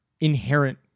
inherent